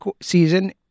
season